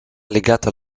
legato